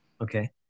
Okay